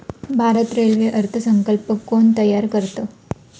भारतात रेल्वे अर्थ संकल्प कोण तयार करतं?